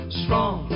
strong